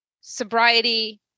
sobriety